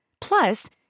Plus